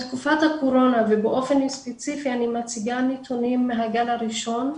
בתקופת הקורונה ובאופן ספציפי אני מציגה נתונים מהגל הראשון,